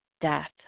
death